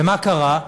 ומה קרה?